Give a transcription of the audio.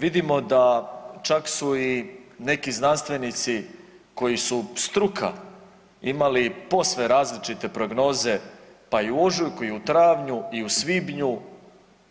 Vidimo da čak su i neki znanstvenici koji su struka imali posve različite prognoze pa i u ožujku i u travnju i u svibnju